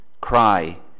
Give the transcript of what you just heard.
Cry